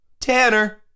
Tanner